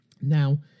Now